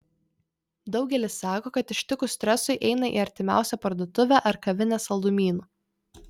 daugelis sako kad ištikus stresui eina į artimiausią parduotuvę ar kavinę saldumynų